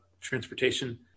transportation